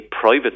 private